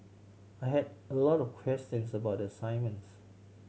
I had a lot of questions about the assignments